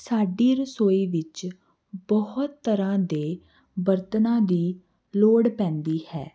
ਸਾਡੀ ਰਸੋਈ ਵਿੱਚ ਬਹੁਤ ਤਰ੍ਹਾਂ ਦੇ ਬਰਤਨਾਂ ਦੀ ਲੋੜ ਪੈਂਦੀ ਹੈ